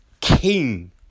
king